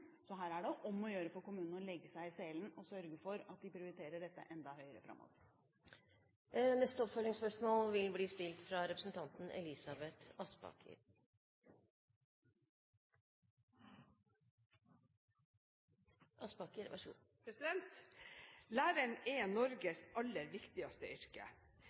Så her er det om å gjøre for kommunene å legge seg i selen og sørge for at de prioriterer dette enda høyere framover. Elisabeth Aspaker – til oppfølgingsspørsmål.